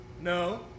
No